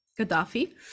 Gaddafi